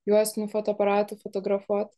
juostinių fotoaparatu fotografuot